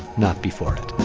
not before it